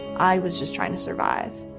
i was just trying to survive.